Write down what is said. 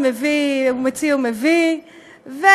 שאני אגיד לביטן,